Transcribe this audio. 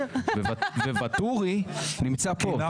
וואטורי נמצא פה,